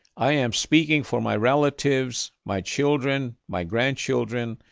i am speaking for my relatives, my children, my grandchildren,